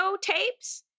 tapes